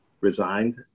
resigned